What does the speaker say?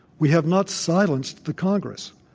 we have not silenced the congress.